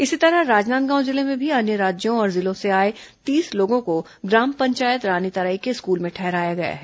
इसी तरह राजनांदगांव जिले में भी अन्य राज्यों और जिलों से आए तीस लोगों को ग्राम पंचायत रानीतरई के स्कूल में ठहराया गया है